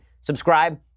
Subscribe